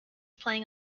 playing